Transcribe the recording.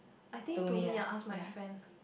I think to me I'll ask my friend